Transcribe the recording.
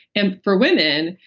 and for women,